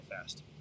fast